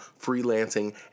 freelancing